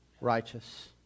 righteous